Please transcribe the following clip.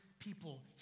People